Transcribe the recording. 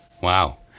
Wow